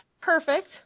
Perfect